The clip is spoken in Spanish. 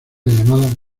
llamada